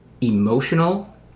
emotional